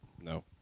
No